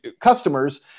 customers